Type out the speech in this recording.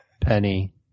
Penny